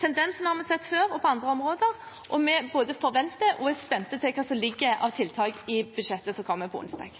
Tendensene har vi sett tidligere også på andre områder. Vi har forventninger til og er spente på det som ligger av tiltak i budsjettet som kommer på onsdag.